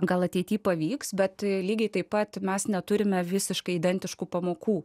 gal ateityje pavyks bet lygiai taip pat mes neturime visiškai identiškų pamokų